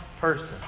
person